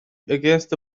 against